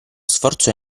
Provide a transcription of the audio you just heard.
sforzo